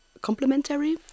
complementary